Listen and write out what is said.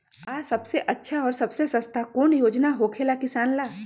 आ सबसे अच्छा और सबसे सस्ता कौन योजना होखेला किसान ला?